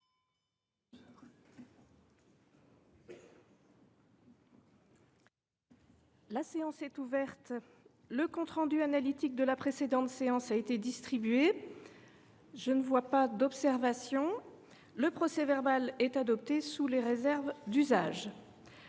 La séance est ouverte. Le compte rendu analytique de la précédente séance a été distribué. Il n’y a pas d’observation ?… Le procès verbal est adopté sous les réserves d’usage.